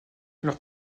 leur